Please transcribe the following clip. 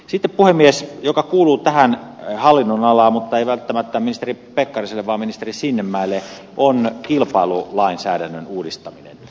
sitten puhemies asia joka kuuluu tähän hallinnonalaan mutta ei välttämättä ministeri pekkariselle vaan ministeri sinnemäelle kilpailulainsäädännön uudistaminen